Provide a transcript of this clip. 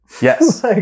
Yes